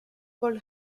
paul